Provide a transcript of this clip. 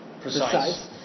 precise